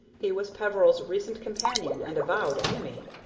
he was peveril's recent companion and avowed enemy,